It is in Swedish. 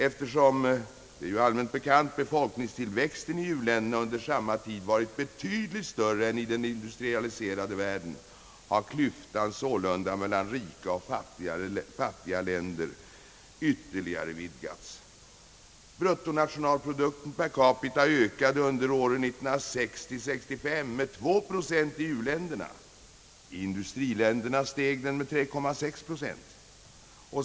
Eftersom — det är ju allmänt bekant — befolkningstillväxten i u-länderna under samma tid varit betydligt större än i den industrialiserade världen, har klyftan mellan rika och fattiga länder sålunda ytterligare vidgats. Bruttonationalprodukten per capita ökade under åren 1960—1965 med 2 procent i u-länderna. I industriländerna steg den med 3,6 procent.